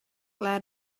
let